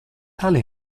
tale